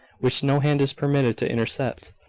which no hand is permitted to intercept.